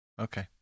Okay